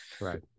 Right